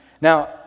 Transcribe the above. Now